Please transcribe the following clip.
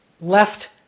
left